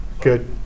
Good